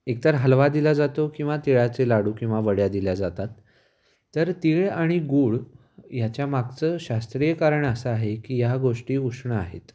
एकतर हलवा दिला जातो किंवा तिळाचे लाडू किंवा वड्या दिल्या जातात तर तीळ आणि गूळ ह्याच्या मागचं शास्त्रीय कारण असं आहे की ह्या गोष्टी उष्ण आहेत